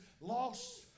lost